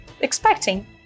expecting